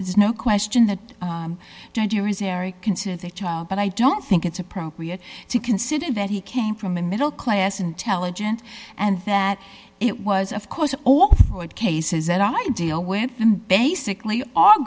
is no question that i don't hear is eric considers a child but i don't think it's appropriate to consider that he came from a middle class intelligent and that it was of course all cases that i deal with and basically all